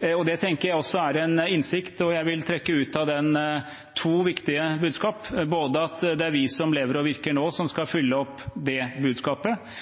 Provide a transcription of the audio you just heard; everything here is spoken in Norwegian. Det tenker jeg også er en innsikt, og jeg vil trekke to viktige budskap ut av den, både at det er vi som lever og virker nå, som skal oppfylle det budskapet,